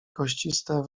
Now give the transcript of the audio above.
kościste